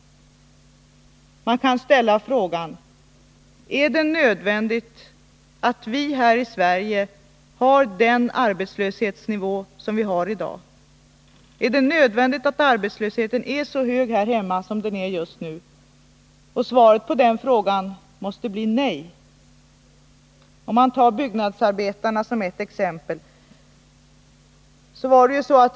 Man kan ställa frågan: Är det nödvändigt att vi här i Sverige har den arbetslöshetsnivå som vi har i dag? Är det nödvändigt att arbetslösheten är så hög här hemma som den är just nu? Svaret på den frågan måste bli nej. Tag byggnadsarbetarna som ett exempel.